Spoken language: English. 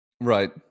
Right